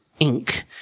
Inc